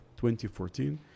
2014